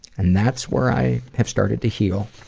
and that's where i have started to heal,